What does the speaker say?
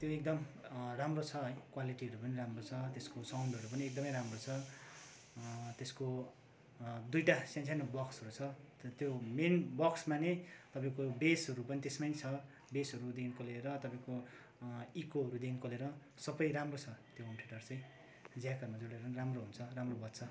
त्यो एकदम राम्रो छ है क्वालिटीहरू पनि राम्रो छ त्यसको साउन्डहरू पनि एकदमै राम्रो छ त्यसको दुईवटा सानसानो बक्सहरू छ त त्यो मेन बक्समा नै तपाईँको बेसहरू पनि त्यसमै छ बेसहरूदेखिको लिएर तपाईँको इकोहरूदेखिको लिएर सबै राम्रो छ त्यो होम थिएटर चाहिँ ज्याकहरूमा जोडेर पनि राम्रो हुन्छ राम्रो बज्छ